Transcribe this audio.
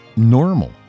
normal